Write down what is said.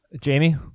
Jamie